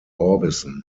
orbison